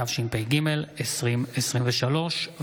התשפ"ג 2023,